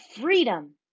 freedom